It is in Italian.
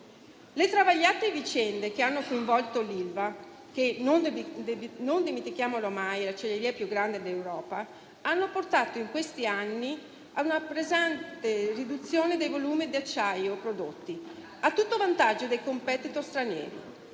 Le travagliate vicende che hanno coinvolto l'Ilva che - non dimentichiamolo mai - è l'acciaieria più grande d'Europa, hanno portato in questi anni ad una pesante riduzione dei volumi di acciaio prodotti, a tutto vantaggio dei *competitor* stranieri